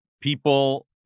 people